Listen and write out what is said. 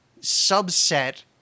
subset